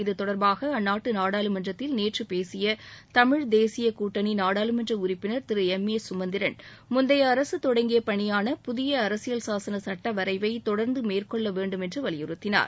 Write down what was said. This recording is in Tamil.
இது தொடர்பாக அந்நாட்டு நாடாளுமன்றத்தில் நேற்று பேசிய தமிழ் தேசிய கூட்டணி நாடாளுமன்ற உறுப்பினர் திரு எம் ஏ சுமந்திரன் முந்தைய அரசு தொடங்கிய பணியான புதிய அரசியல் சாசன சட்ட வரைவை தொடர்ந்து மேற்கொள்ள வேண்டும் என்று வலியுறுத்தினார்